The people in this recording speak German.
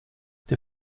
der